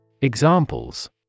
Examples